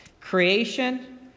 Creation